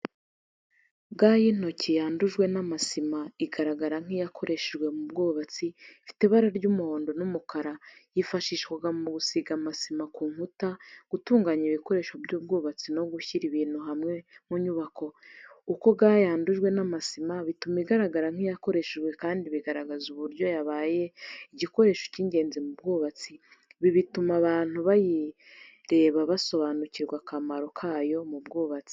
Ga y’intoki yandujwe n’amasima igaragara nk’iyakoreshejwe mu bwubatsi, ifite ibara ry’umuhondo n'umukara. Yifashishwaga mu gusiga amasima ku nkuta, gutunganya ibikoresho by’ubwubatsi no gushyira ibintu hamwe mu nyubako. Uko ga yandujwe n’amasima, bituma igaragara nk’iyakoreshejwe, kandi bigaragaza uburyo yabaye igikoresho cy’ingenzi mu bwubatsi. Ibi bituma abantu bayireba basobanukirwa akamaro kayo mu bwubatsi.